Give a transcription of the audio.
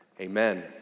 Amen